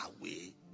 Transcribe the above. away